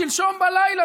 שלשום בלילה,